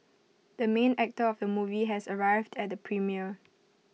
the main actor of the movie has arrived at the premiere